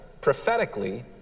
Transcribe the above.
prophetically